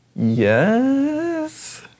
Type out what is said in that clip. Yes